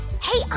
Hey